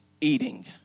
eating